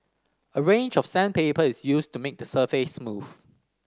a range of sandpaper is used to make the surface smooth